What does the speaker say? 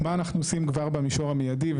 מה אנחנו עושים כבר במישור המיידי,